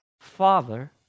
Father